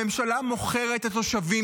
הממשלה מוכרת את התושבים,